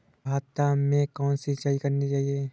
भाता में कौन सी सिंचाई करनी चाहिये?